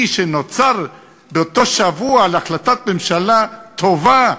שנוצר באותו שבוע מהחלטת ממשלה טובה,